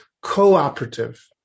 cooperative